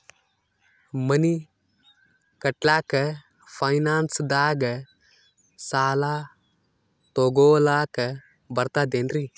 ಮನಿ ಕಟ್ಲಕ್ಕ ಫೈನಾನ್ಸ್ ದಾಗ ಸಾಲ ತೊಗೊಲಕ ಬರ್ತದೇನ್ರಿ?